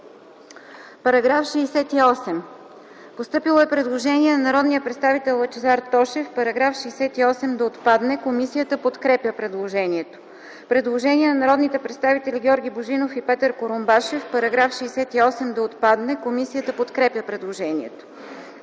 По § 56 има постъпило предложение на народния представител Лъчезар Тошев -§ 56 да отпадне. Комисията подкрепя предложението. Предложение на народните представители Георги Божинов и Петър Курумбашев –§ 56 да отпадне. Комисията подкрепя предложението.